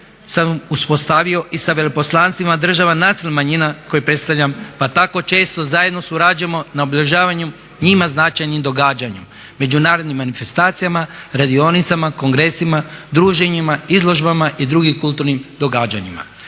sam uspostavio i sa veleposlanstvima država nacionalnih manjina koje predstavljam pa tako često zajedno surađujemo na obilježavanju njima značajnih događanja, međunarodnim manifestacijama, radionicama, kongresima, druženjima, izložbama i drugim kulturnim događanjima.